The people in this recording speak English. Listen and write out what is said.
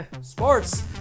sports